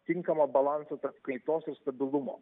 tinkamą balansą tarp kaitos ir stabilumo